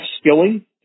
Skilling